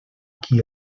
qui